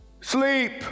sleep